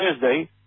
Thursday